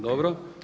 Dobro.